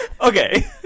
okay